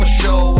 show